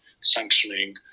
sanctioning